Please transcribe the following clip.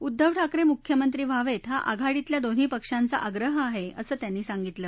उद्दव ठाकरे मुख्यमंत्री व्हावेत हा आघाडीतल्या दोन्ही पक्षांचा आग्रह आहे असं त्यांनी सांगितलं